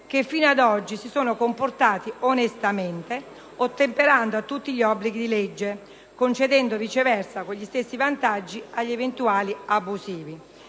che fino ad oggi si sono comportati onestamente, ottemperando a tutti gli obblighi di legge, concedendo viceversa quegli stessi vantaggi agli eventuali abusivi.